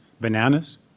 bananas